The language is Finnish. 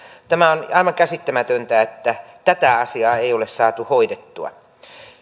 on aivan käsittämätöntä että tätä asiaa ei ole saatu hoidettua